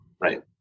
right